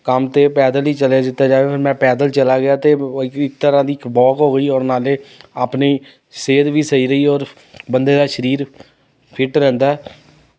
ਕੰਮ 'ਤੇ ਪੈਦਲ ਹੀ ਚਲੇ ਦਿੱਤਾ ਜਾਵੇ ਫੇਰ ਮੈਂ ਪੈਦਲ ਚਲਾ ਗਿਆ ਅਤੇ ਇੱਕ ਤਰ੍ਹਾਂ ਦੀ ਇੱਕ ਵੋਕ ਹੋ ਗਈ ਔਰ ਨਾਲੇ ਆਪਣੀ ਸਿਹਤ ਵੀ ਸਹੀ ਰਹੀ ਔਰ ਬੰਦੇ ਦਾ ਸਰੀਰ ਫਿਟ ਰਹਿੰਦਾ ਹੈ